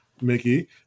Mickey